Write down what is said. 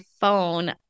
phone